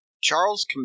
Charles